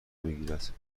میگیرد